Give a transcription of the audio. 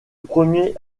premier